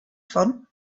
fun